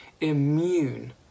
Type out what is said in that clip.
immune